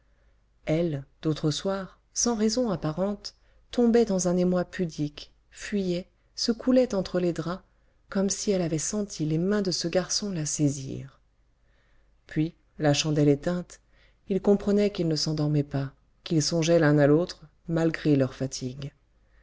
elle d'autres soirs sans raison apparente tombait dans un émoi pudique fuyait se coulait entre les draps comme si elle avait senti les mains de ce garçon la saisir puis la chandelle éteinte ils comprenaient qu'ils ne s'endormaient pas qu'ils songeaient l'un à l'autre malgré leur fatigue